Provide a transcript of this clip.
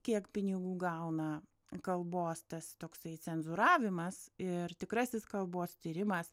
kiek pinigų gauna kalbos tas toksai cenzūravimas ir tikrasis kalbos tyrimas